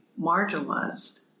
marginalized